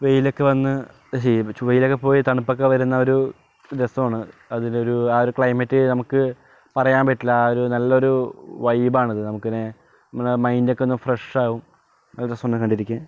വെയിലൊക്കെ വന്ന് ചൂ വെയിലൊക്കെ പോയി തണുപ്പൊക്കെ വരുന്ന ഒരു രസമാണ് അതിലൊരു ആ ഒരു ക്ലൈമറ്റ് നമുക്ക് പറയാൻ പറ്റില്ല ആ ഒരു നല്ല ഒരു വൈബാണ് അത് നമ്മുക്കിങ്ങനെ നമ്മുടെ മൈൻഡൊക്കെ ഒന്ന് ഫ്രഷാകും നല്ല രസമുണ്ട് കണ്ടിരിക്കാൻ